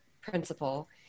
principal